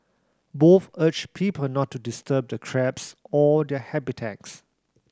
both urged people not to disturb the crabs or their habitats